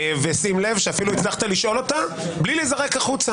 שים לב שאפילו הצלחת לשאול אותה בלי להיזרק החוצה.